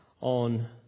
on